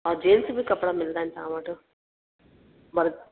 और जेंट्स बि कपिड़ा मिलदा आहिनि तव्हां वटि